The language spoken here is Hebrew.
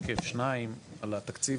שקף או שניים על התקציב.